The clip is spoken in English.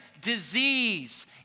disease